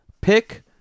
pick